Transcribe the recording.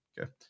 Okay